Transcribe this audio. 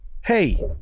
Hey